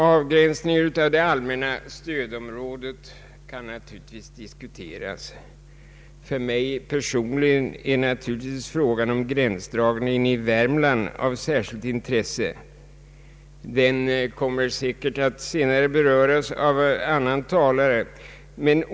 Avgränsningen av det allmänna stödområdet kan naturligtvis diskuteras. För mig personligen är naturligtvis frågan om gränsdragningen i Värmland av särskilt intresse. Den kommer säkert senare att beröras av annan talare.